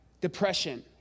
depression